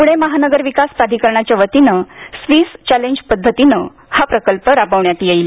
प्णे महानगरविकास प्राधिकरणाच्या वतीनं स्वीस चॅलेंज पद्धतीनं हा प्रकल्प राबवण्यात येईल